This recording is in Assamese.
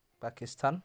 পাকিস্তান